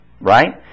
Right